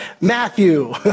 Matthew